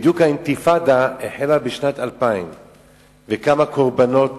האינתיפאדה החלה בדיוק בשנת 2000. כמה קורבנות